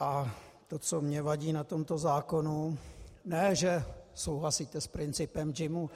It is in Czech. A to, co mně vadí na tomto zákonu, ne že souhlasíte s principem JIMu.